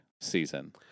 season